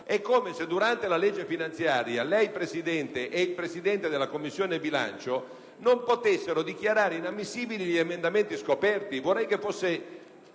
È come se durante la legge finanziaria lei, Presidente, e il Presidente della Commissione bilancio non poteste dichiarare inammissibili gli emendamenti scoperti. Vorrei che fosse